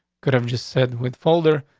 could have just said with folder.